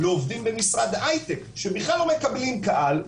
לעובדים במשרד הייטק שבכלל לא מקבלים קהל,